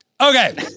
Okay